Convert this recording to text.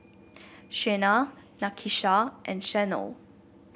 Shena Nakisha and Shanell